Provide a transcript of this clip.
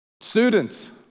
Students